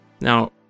Now